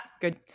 Good